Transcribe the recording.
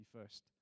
first